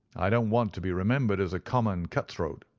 i don't want to be remembered as a common cut-throat.